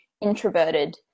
introverted